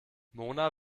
mona